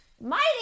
Mighty